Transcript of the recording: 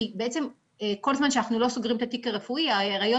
כי בעצם כל הזמן שאנחנו לא סוגרים את התיק הרפואי ההיריון